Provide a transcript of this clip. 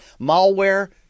malware